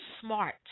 smart